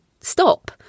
stop